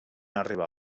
arribar